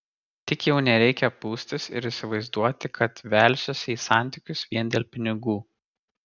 tik jau nereikia pūstis ir įsivaizduoti kad velsiuosi į santykius vien dėl pinigų